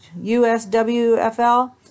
USWFL